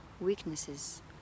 weaknesses